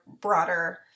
broader